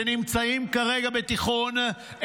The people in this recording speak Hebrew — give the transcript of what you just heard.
שנמצאים כרגע בתיכון,